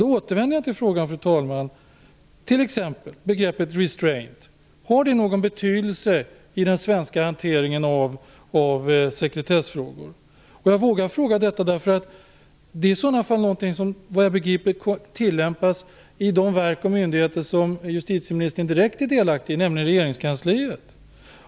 Då återvänder jag till frågan, fru talman: Har t.ex. begreppet "restraint" någon betydelse i den svenska hanteringen av sekretessfrågor? Jag vågar fråga detta därför att det i sådana fall är någonting som, såvitt jag begriper, tillämpas i de verk och myndigheter som justitieministern direkt är delaktig i, nämligen regeringskansliet.